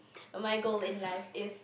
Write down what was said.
my goal in life is